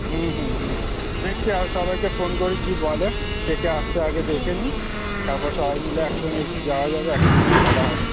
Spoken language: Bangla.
হুম হুম হুম দেখছি আর সবাইকে ফোন করি কী বলে কে কে আসছে আগে দেখে নিই তারপর সবাই মিলে একসঙ্গে যাওয়া যাবে এক সঙ্গে বলা হবে